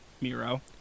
Miro